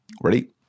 Ready